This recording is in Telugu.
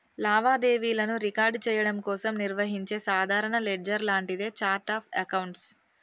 లావాదేవీలను రికార్డ్ చెయ్యడం కోసం నిర్వహించే సాధారణ లెడ్జర్ లాంటిదే ఛార్ట్ ఆఫ్ అకౌంట్స్